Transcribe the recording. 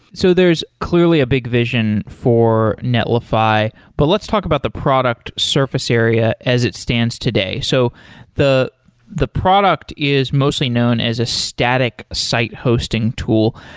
so there's clearly a big vision for netlify, but let's talk about the product surface area as it stands today. so the the product is mostly knows as a static site hosting tool.